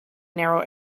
narrow